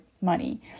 money